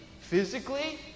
physically